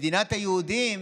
במדינת היהודים